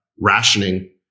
rationing